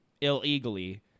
illegally